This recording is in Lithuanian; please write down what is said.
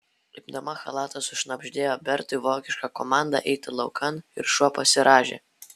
imdama chalatą sušnabždėjo bertui vokišką komandą eiti laukan ir šuo pasirąžė